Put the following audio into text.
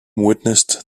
witnessed